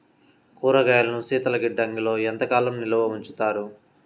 కూరగాయలను శీతలగిడ్డంగిలో ఎంత కాలం నిల్వ ఉంచుతారు?